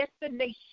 destination